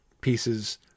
pieces